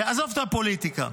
עזוב את הפוליטיקה.